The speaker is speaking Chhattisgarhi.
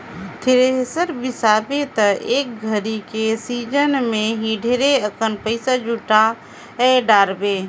थेरेसर बिसाबे त एक घरी के सिजन मे ही ढेरे अकन पइसा जुटाय डारबे